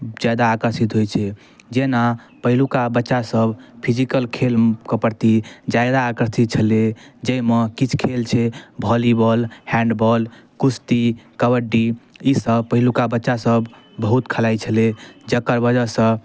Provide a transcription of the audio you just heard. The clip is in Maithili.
ज्यादा आकर्षित होइ छै जेना पहिलुका बच्चासभ फिजिकल खेलके प्रति ज्यादा आकार्षित छलै जाहिमे किछु खेल छै वॉलीबाॅल हैण्डबाॅल कुश्ती कबड्डी ई सब पहिलुका बच्चासब बहुत खेलाइ छ्लै जकर वजहसँ